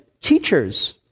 teachers